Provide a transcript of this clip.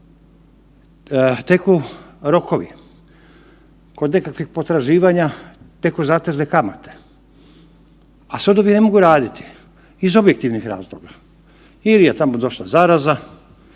teku rokovi, od nekakvih potraživanja teku zatezne kamate, a sudovi ne mogu raditi iz objektivnih razloga ili je tamo došla zaraza